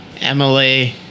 Emily